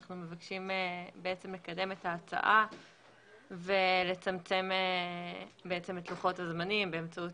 אנחנו מבקשים לקדם את ההצעה ולצמצם את לוחות הזמנים באמצעים